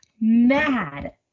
mad